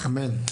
אמן.